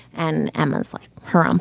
and emma's like her. um